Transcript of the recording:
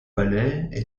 palais